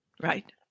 Right